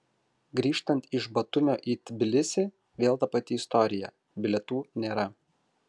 grįžtant iš batumio į tbilisį vėl ta pati istorija bilietų nėra